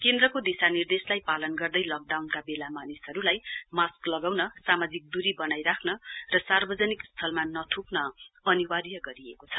केन्द्रको दिशानिर्देशलाई पालन गर्दै लकडाउनका बेला मानिसहरूलाई मास्क लगाउन सामाजिक दूरी बनाइ राख्न र सार्वजनिक स्थलमा नथ्क्न अनिवार्य गरिएको छ